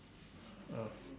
ah